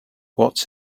what’s